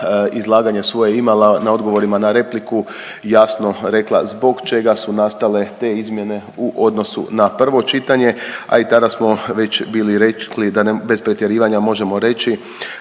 izlaganje svoje imala na odgovorima na repliku jasno rekla zbog čega su nastale te izmjene u odnosu na prvo čitanje, a i tada smo već bili rekli da bez pretjerivanja možemo reći